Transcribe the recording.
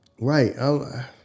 right